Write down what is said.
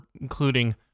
including